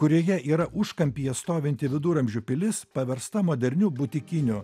kurioje yra užkampyje stovinti viduramžių pilis paversta moderniu butikiniu